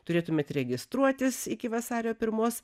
turėtumėt registruotis iki vasario pirmos